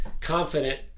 confident